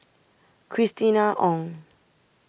Christina Ong